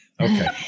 Okay